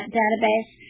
database